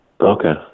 Okay